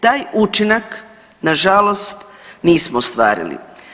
Taj učinak nažalost nismo ostvarili.